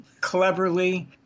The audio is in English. cleverly